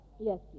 Yes